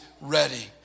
ready